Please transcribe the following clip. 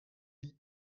die